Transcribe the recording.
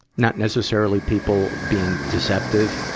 not necessarily people being deceptive?